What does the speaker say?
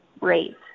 rate